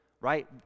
right